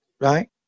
right